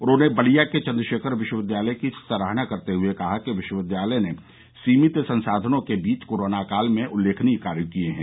उन्होंने बलिया के चन्द्रशेखर विश्वविद्यालय की सराहना करते हए कहा कि विश्वविद्यालय ने सीमित संसाधनों के बीच कोरोना काल में उल्लेखनीय कार्य किये हैं